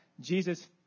Jesus